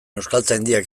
euskaltzaindiak